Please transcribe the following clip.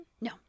No